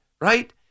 right